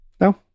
No